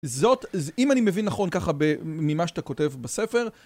זאת, אם אני מבין נכון ככה ממה שאתה כותב בספר.